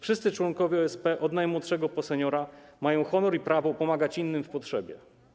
Wszyscy członkowie OSP, od najmłodszego po seniora, mają honor i prawo pomagać innym w potrzebie.